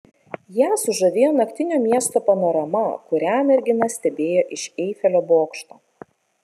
ją sužavėjo naktinio miesto panorama kurią mergina stebėjo iš eifelio bokšto